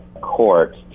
court